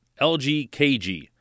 LGKG